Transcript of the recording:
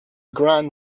grand